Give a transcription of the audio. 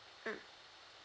mm